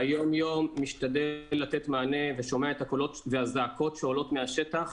ביום יום אני משתדל לתת מענה ושומע את הקולות והזעקות שעולות מהשטח,